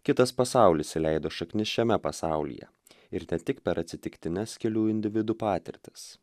kitas pasaulis įleido šaknis šiame pasaulyje ir ne tik per atsitiktines kelių individų patirtis